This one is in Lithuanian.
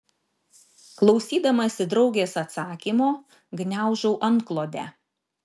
klausydamasi draugės atsakymo gniaužau antklodę